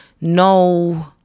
no